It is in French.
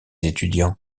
étudiants